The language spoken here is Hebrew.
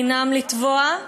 דינם לטבוע,